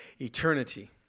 Eternity